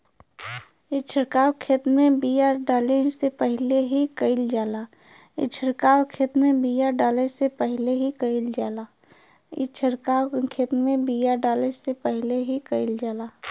ई छिड़काव खेत में बिया डाले से पहिले ही कईल जाला